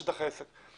שטח העסק.